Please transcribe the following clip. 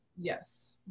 Yes